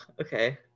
Okay